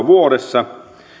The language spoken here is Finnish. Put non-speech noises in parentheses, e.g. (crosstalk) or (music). (unintelligible) vuodessa